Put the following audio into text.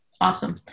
Awesome